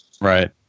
Right